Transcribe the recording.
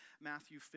Matthew